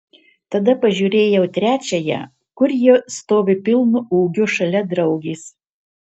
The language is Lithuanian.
tada pažiūrėjau trečiąją kur ji stovi pilnu ūgiu šalia draugės